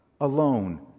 alone